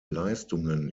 leistungen